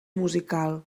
musical